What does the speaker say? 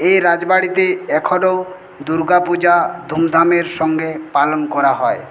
এই রাজবাড়িতে এখনো দুর্গাপূজা ধূমধামের সঙ্গে পালন করা হয়